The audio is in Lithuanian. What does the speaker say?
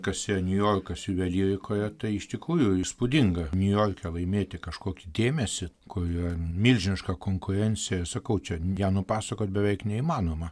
kas yra niujorkas juvelyrikoje tai iš tikrųjų įspūdinga niujorke laimėti kažkokį dėmesį kur yra milžiniška konkurencija sakau čia ją nupasakot beveik neįmanoma